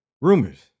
rumors